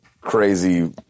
crazy